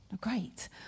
great